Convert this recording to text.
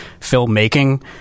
filmmaking